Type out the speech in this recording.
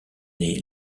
est